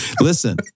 Listen